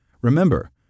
Remember